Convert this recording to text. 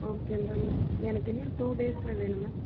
okay ma'am எனக்கு இன்னும் two டேஸில் வேணும் மேம்